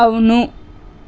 అవును